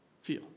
feel